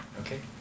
Okay